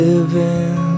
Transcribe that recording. Living